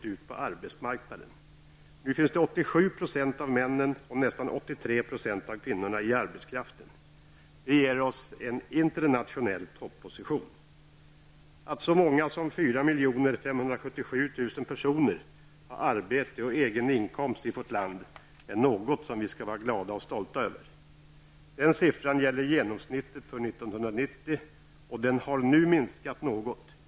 Nu omfattas arbetskraften av 87 % av männen och av nästan 83 % av kvinnorna. Det ger oss en internationell topposition. Att så många som 4 577 000 personer i vårt land har arbete och egen inkomst är något som vi skall vara glada och stolta över. Den siffran gäller genomsnittet för 1990. Men det har skett en viss minskning.